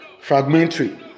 fragmentary